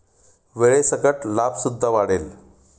वेळेसकट लाभ सुद्धा वाढेल